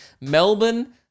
Melbourne